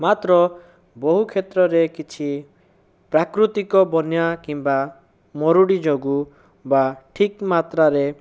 ମାତ୍ର ବହୁ କ୍ଷେତ୍ରରେ କିଛି ପ୍ରାକୃତିକ ବନ୍ୟା କିମ୍ବା ମରୁଡ଼ି ଯୋଗୁଁ ବା ଠିକ୍ ମାତ୍ରାରେ